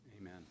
Amen